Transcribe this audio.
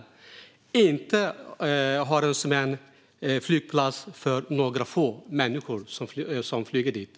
Bromma ska inte vara kvar som en flygplats för endast några få människor som använder den.